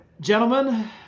gentlemen